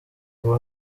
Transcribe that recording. uwo